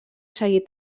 seguir